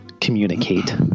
communicate